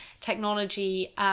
technology